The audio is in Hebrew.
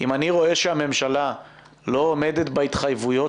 אם אני רואה שהממשלה לא עומדת בהתחייבויות